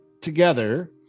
together